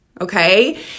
Okay